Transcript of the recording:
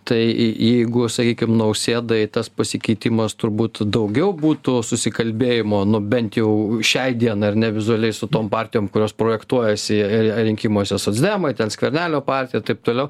tai jeigu sakykim nausėdai tas pasikeitimas turbūt daugiau būtų susikalbėjimo nu bent jau šiai dienai ar ne vizualiai su tom partijom kurios projektuojasi rinkimuose socdemai ten skvernelio partija taip toliau